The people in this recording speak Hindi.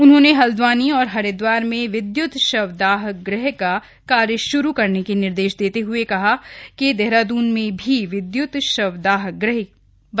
उन्होंने हल्द्वानी और हरिद्वार में विद्य्त शव दाह गृह का कार्य श्रू करने के निर्देश देते हए देहराद्रन में भी विदय्त शव दाह गृह की घोषणा की